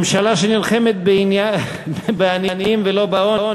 ממשלה שנלחמת בעניים ולא בעוני,